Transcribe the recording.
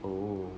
oh